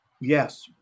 Yes